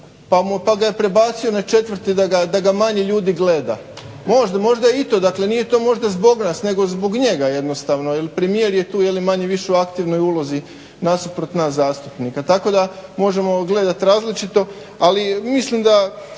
pa ga je prebacio na četvrti da ga manje ljudi gleda, možda i to, dakle nije to možda zbog vas nego zbog njega jednostavno jer premijer je tu manje-više u aktivnoj ulozi nasuprot nas zastupnika tako da možemo gledat različito ali mislim da